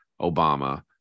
Obama